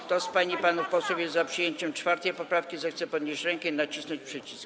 Kto z pań i panów posłów jest za przyjęciem 4. poprawki, zechce podnieść rękę i nacisnąć przycisk.